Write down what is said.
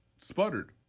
sputtered